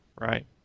Right